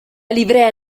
livrea